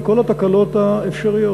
עם כל התקלות האפשריות,